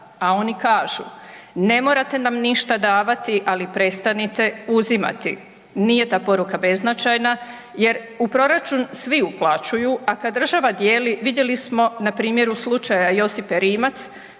a oni kažu, ne morate nam ništa davati ali prestanite uzimati. Nije ta poruka beznačajna jer u proračun svi uplaćuju, a kad država dijeli vidjeli smo na primjeru slučaja Josipe Rimac